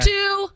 Two